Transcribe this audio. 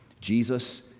Jesus